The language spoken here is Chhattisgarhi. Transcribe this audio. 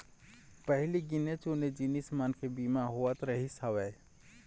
पहिली गिने चुने जिनिस मन के बीमा होवत रिहिस हवय